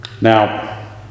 Now